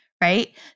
right